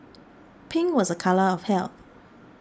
pink was a colour of health